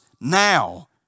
now